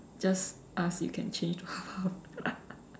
just ask if can change to half half